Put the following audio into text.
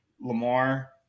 Lamar